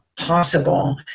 possible